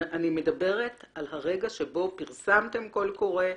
אני מדברת על הרגע שבו פרסמתם קול קורא,